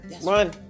One